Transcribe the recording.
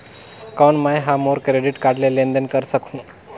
कौन मैं ह मोर क्रेडिट कारड ले लेनदेन कर सकहुं?